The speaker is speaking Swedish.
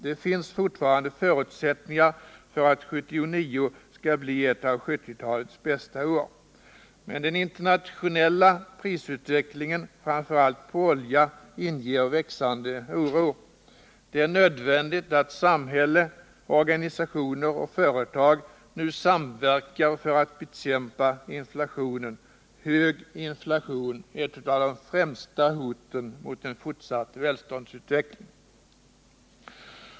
Det finns fortfarande förutsättningar för att 1979 skall bli ett av 1970-talets bästa år. Men den internationella prisutvecklingen, framför allt på olja, inger växande oro. Det är nödvändigt att samhälle, organisationer och företag nu samverkar för att bekämpa inflationen — hög inflation är ett av de främsta hoten mot en fortsatt välståndsutveckling.